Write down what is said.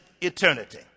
eternity